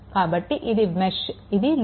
కాబట్టి ఇది మెష్ మరియు ఇది లూప్